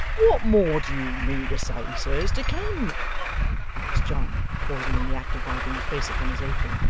what more do you mean to say, sir, is to come asked john, pausing in the act of wiping his face upon his apron.